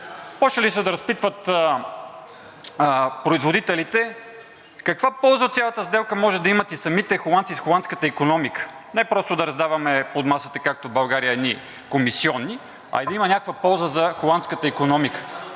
започнали да разпитват производителите каква полза от цялата сделка могат да имат и самите холандци, и холандската икономика. Не просто да раздаваме под масата като в България едни комисиони, а да има някаква полза за холандската икономика,